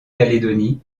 calédonie